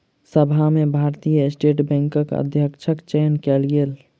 सभा में भारतीय स्टेट बैंकक अध्यक्षक चयन कयल गेल